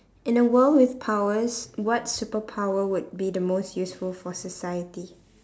in the world with powers what superpower would the most useful for society